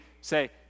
say